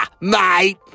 mate